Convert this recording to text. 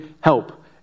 help